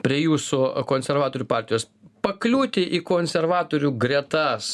prie jūsų konservatorių partijos pakliūti į konservatorių gretas